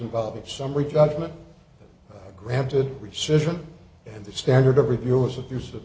involving summary judgment granted rescission and the standard of review was abus